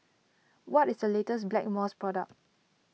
what is the latest Blackmores product